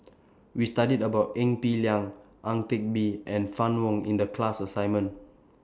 We studied about Ee Peng Liang Ang Teck Bee and Fann Wong in The class assignment